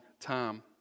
time